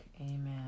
Amen